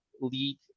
lead